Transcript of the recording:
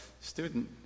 student